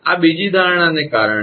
આ બીજી ધારણાને કારણે છે